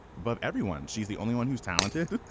but everyone she's the only one who's talented.